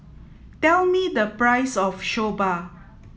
tell me the price of Soba